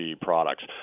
products